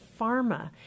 Pharma